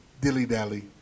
dilly-dally